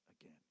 again